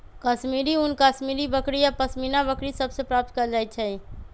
कश्मीरी ऊन कश्मीरी बकरि आऽ पशमीना बकरि सभ से प्राप्त कएल जाइ छइ